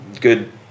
good